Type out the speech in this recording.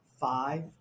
Five